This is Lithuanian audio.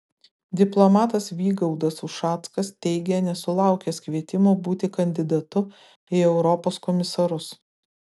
diplomatas vygaudas ušackas teigia nesulaukęs kvietimo būti kandidatu į europos komisarus